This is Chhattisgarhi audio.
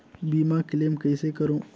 बीमा क्लेम कइसे करों?